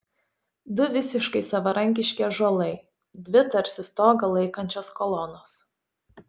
du visiškai savarankiški ąžuolai dvi tarsi stogą laikančios kolonos